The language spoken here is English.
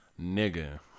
Nigga